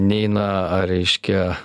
neina reiškia